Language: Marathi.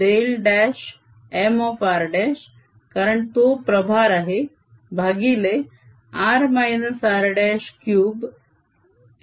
Mr कारण तो प्रभार आहे भागिले r r3r rdV